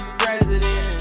president